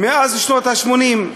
מאז שנות ה-80.